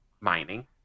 mining